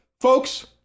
Folks